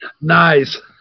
Nice